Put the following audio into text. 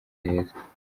heza